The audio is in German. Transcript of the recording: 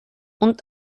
und